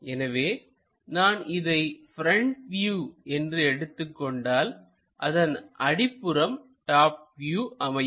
எனவே நான் இதை ப்ரெண்ட் வியூ என்று எடுத்துக் கொண்டால் அதன் அடிப்புறம் டாப் வியூ அமையும்